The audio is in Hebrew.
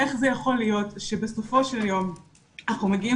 איך זה יכול להיות שבסופו של יום אנחנו מגיעים